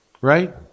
Right